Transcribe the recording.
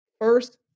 first